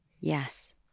Yes